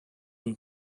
and